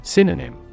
Synonym